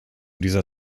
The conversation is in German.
dieser